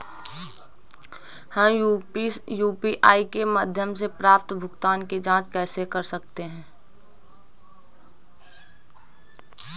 हम यू.पी.आई के माध्यम से प्राप्त भुगतान की जॉंच कैसे कर सकते हैं?